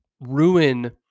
ruin